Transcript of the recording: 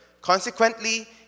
Consequently